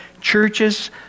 churches